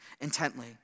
intently